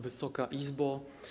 Wysoka Izbo!